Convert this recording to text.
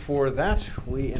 for that we